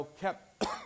kept